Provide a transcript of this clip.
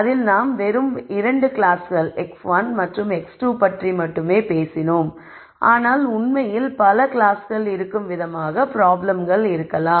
அதில் நாம் வெறும் 2 கிளாஸ்கள் x1 மற்றும் x2 பற்றி மட்டுமே பேசினோம் ஆனால் உண்மையில் பல கிளாஸ்கள் இருக்கும் விதமாக ப்ராப்ளம்கள் இருக்கலாம்